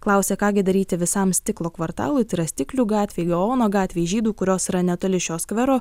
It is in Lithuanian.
klausia ką gi daryti visam stiklo kvartalui tai yra stiklių gatvei gaono gatvei žydų kurios yra netoli šio skvero